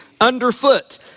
underfoot